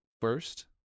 first